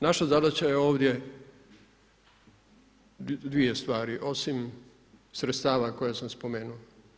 Naša zadaća je ovdje dvije stvari, osim sredstava koje sam spomenuo.